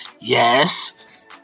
yes